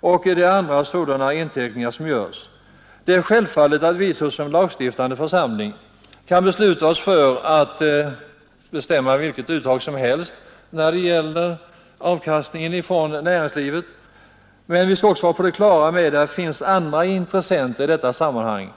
och andra sådana inteckningar som görs. Det är självklart att riksdagen såsom lagstiftande församling kan bestämma sig för vilket uttag som helst när det gäller avkastningen från näringslivet, men vi skall också vara på det klara med att det finns andra intressen i detta sammanhang.